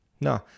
no